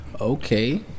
Okay